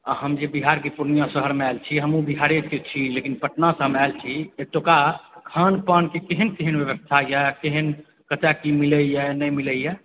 हम बिहारके पूर्णियाँ शहरमे आयल छी हमहुँ बिहारेके छी लेकिन पटना सऽ हम आयल छी एतुका खान पानक केहन केहन व्यवस्था यऽ केहन कतए की मिलैया नहि मिलैया